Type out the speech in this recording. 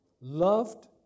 loved